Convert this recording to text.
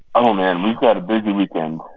oh, man. we've got a busy weekend